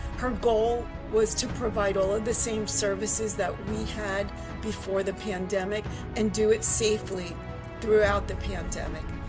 her goal was to provide all of the same services that we had before the pandemic and do it safely throughout the pandemic.